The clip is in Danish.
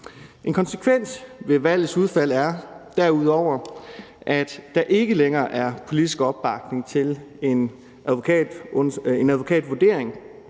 En konsekvens af valgets udfald er derudover, at der ikke længere er politisk opbakning til en advokatvurdering,